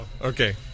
okay